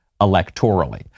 electorally